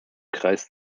kreis